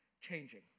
changing